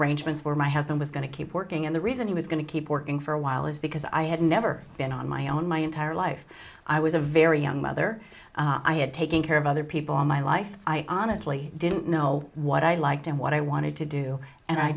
arrangements were my husband was going to keep working and the reason he was going to keep working for a while is because i had never been on my own my entire life i was a very young mother i had taken care of other people in my life i honestly didn't know what i liked and what i wanted to do and i